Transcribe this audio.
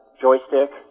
joystick